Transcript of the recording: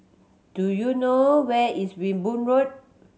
do you know where is Wimborne Road